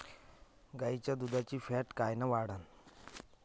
गाईच्या दुधाची फॅट कायन वाढन?